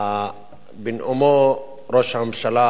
בנאומו ראש הממשלה